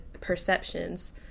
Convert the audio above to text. perceptions